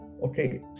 okay